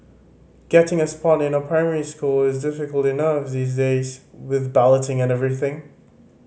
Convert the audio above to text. getting a spot in a primary school is difficult enough these days with balloting and everything